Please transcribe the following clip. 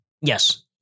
Yes